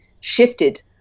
shifted